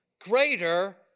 greater